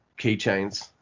keychains